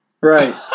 Right